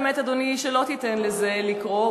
אני מקווה באמת, אדוני, שלא תיתן לזה לקרות.